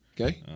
Okay